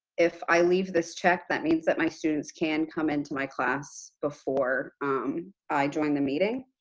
if i leave this checked, that means that my students can come into my class before i join the meeting.